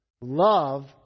Love